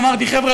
אמרתי: חבר'ה,